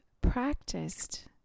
practiced